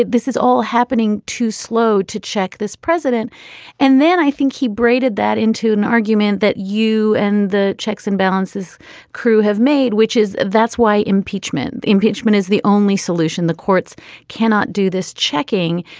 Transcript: this is all happening too slow to check this president and then i think he braided that into an argument that you and the checks and balances crew have made which is that's why impeachment. impeachment is the only solution the courts cannot do this checking.